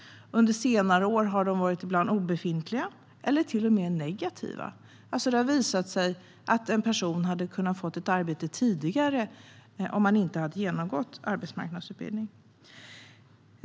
Under senare år har de ibland varit obefintliga eller till och med negativa. Det har alltså visat sig att en person hade kunnat få ett arbete tidigare om man inte genomgått arbetsmarknadsutbildning.